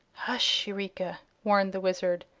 hush, eureka! warned the wizard.